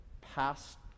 past